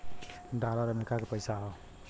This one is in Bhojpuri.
डॉलर अमरीका के पइसा हौ